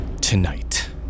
tonight